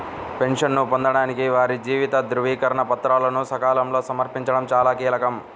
పెన్షన్ను పొందడానికి వారి జీవిత ధృవీకరణ పత్రాలను సకాలంలో సమర్పించడం చాలా కీలకం